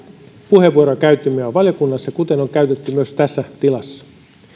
puheenvuoroja käytimme jo valiokunnassa kuten on käytetty myös tässä tilassa